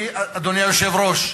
אדוני היושב-ראש,